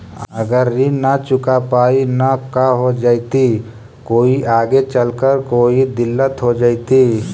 अगर ऋण न चुका पाई न का हो जयती, कोई आगे चलकर कोई दिलत हो जयती?